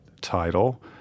title